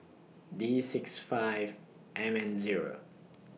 D six five M N Zero